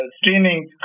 streaming